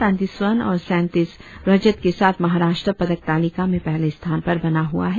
पैंतीस स्वर्ण और सैंतीस रजत के साथ महाराष्ट्र पदक तालिका में पहले स्थान पर बना हुआ है